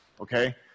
Okay